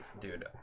dude